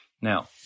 Now